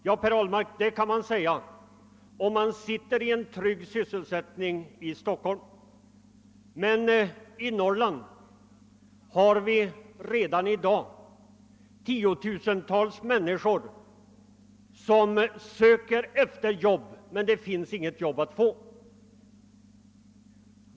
Ja, Per Ahlmark, det kan man säga om man sitter med en trygg sysselsättning i Stockholm, men i Norrland har vi redan i dag tiotusentals människor som utan framgång söker arbete.